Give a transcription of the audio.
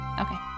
okay